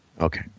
Okay